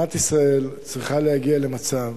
מדינת ישראל צריכה להגיע למצב